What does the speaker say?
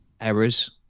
errors